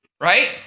right